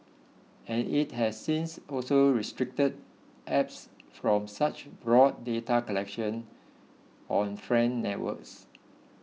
and it has since also restricted apps from such broad data collection on friend networks